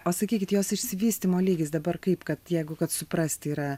o sakykit jos išsivystymo lygis dabar kaip kad jeigu kad suprasti yra